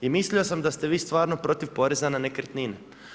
I mislio sam da ste vi stvarno protiv poreza na nekretnine.